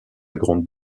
grande